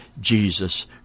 Jesus